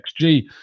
XG